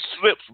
slips